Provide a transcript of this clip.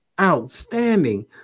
outstanding